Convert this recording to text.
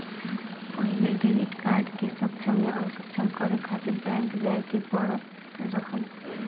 पहिले debit card के सक्षम या असक्षम करे खातिर बैंक जाए के पड़त रहल